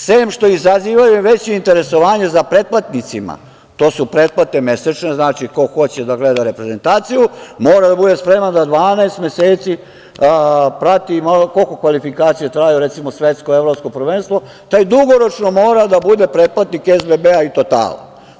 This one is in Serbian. Sem što izazivaju veće interesovanje za pretplatnicima, to su pretplate mesečne, znači ko hoće da gleda reprezentaciju mora da bude spreman da 12 meseci prati, koliko kvalifikacije traju, recimo svetsko, evropsko prvenstvo, taj dugoročno mora da bude pretplatnik SBB i "Totala"